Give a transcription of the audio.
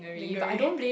lingering